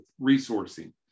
resourcing